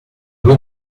due